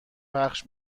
پخش